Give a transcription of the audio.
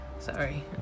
Sorry